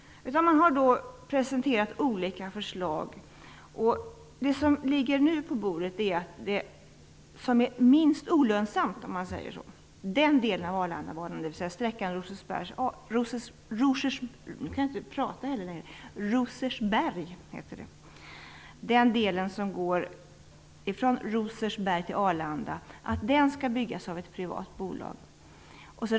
Man har då presenterat olika förslag. Det förslag som nu ligger på bordet innebär att den del av Arlandabanan som är minst olönsam, sträckan Rosersberg--Arlanda, skall byggas av ett privat bolag.